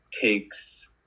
takes